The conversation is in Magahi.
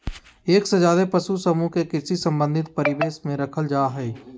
एक से ज्यादे पशु समूह के कृषि संबंधी परिवेश में रखल जा हई